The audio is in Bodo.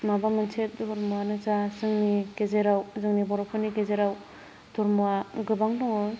माबा मोनसे धर्मआनो जा बा जोंनि गेजेराव जोंनि बर'फोरनि गेजेराव धर्मआ गोबां दङ